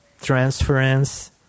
transference